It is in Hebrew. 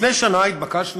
לפני שנה התבקשנו,